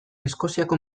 eskoziako